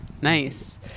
Nice